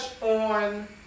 on